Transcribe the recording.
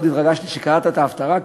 מאוד התרגשתי כשקראת את ההפטרה כאן.